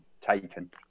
taken